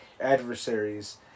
adversaries